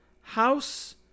house